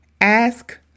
Ask